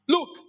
Look